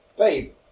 Babe